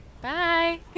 Bye